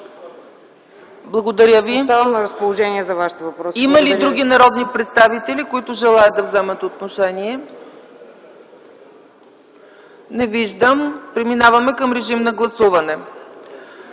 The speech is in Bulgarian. Благодаря Ви. Има други народни представители, които желаят да вземат отношение? Не виждам. Преминаваме към режим на гласуване.